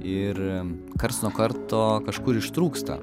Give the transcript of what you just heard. ir karts nuo karto kažkur ištrūksta